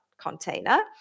container